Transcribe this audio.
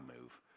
move